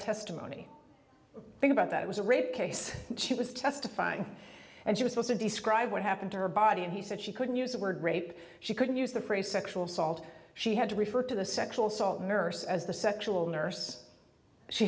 testimony think about that it was a rape case she was testifying and she was also described what happened to her body and he said she couldn't use the word rape she couldn't use the phrase sexual assault she had to refer to the sexual assault nurse as the sexual nurse she